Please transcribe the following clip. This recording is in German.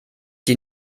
die